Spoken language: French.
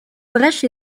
brèche